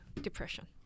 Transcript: depression